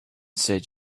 said